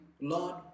lord